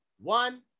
one